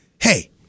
Hey